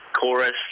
chorus